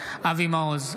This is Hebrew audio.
אבי מעוז,